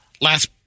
Last